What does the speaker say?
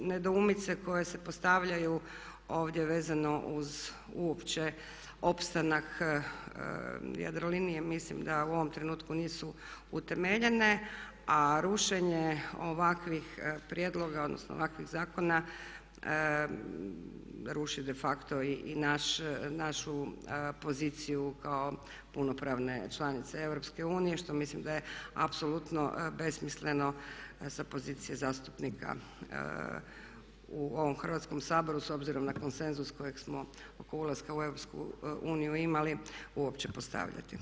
Nedoumice koje se postavljaju ovdje vezano uz uopće opstanak Jadrolinije mislim da u ovom trenutku nisu utemeljene, a rušenje ovakvih prijedloga, odnosno ovakvih zakona ruši de facto i našu poziciju kao punopravne članice EU što mislim da je apsolutno besmisleno sa pozicije zastupnika u ovom Hrvatskom saboru s obzirom na konsenzus kojeg smo oko ulaska u EU imali uopće postavljati.